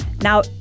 Now